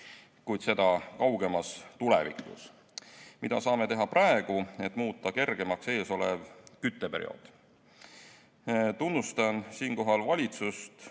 kuid seda kaugemas tulevikus. Mida saame teha praegu, et muuta kergemaks eesolev kütteperiood? Tunnustan siinkohal valitsust,